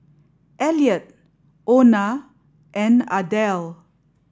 Elliott Ona and Ardelle